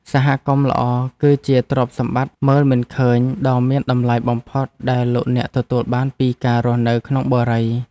សហគមន៍ល្អគឺជាទ្រព្យសម្បត្តិមើលមិនឃើញដ៏មានតម្លៃបំផុតដែលលោកអ្នកទទួលបានពីការរស់នៅក្នុងបុរី។